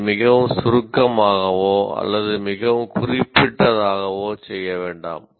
அதை மிகவும் சுருக்கமாகவோ அல்லது மிகவும் குறிப்பிட்டதாகவோ செய்ய வேண்டாம்